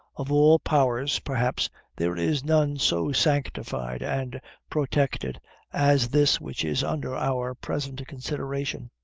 of all powers, perhaps, there is none so sanctified and protected as this which is under our present consideration.